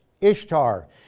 Ishtar